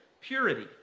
purity